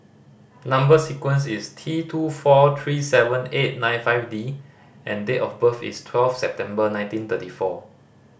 number sequence is T two four three seven eight nine five D and date of birth is twelve September nineteen thirty four